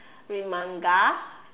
read Manga